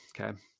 Okay